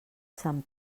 sant